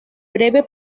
breve